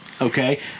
okay